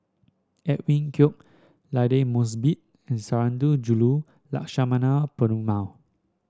Edwin Koek Aidli Mosbit and Sundarajulu Lakshmana Perumal